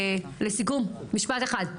לסיכום, משפט אחד.